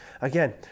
again